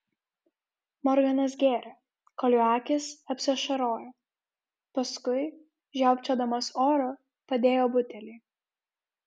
morganas gėrė kol jo akys apsiašarojo paskui žiopčiodamas oro padėjo butelį